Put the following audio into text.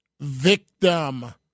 victim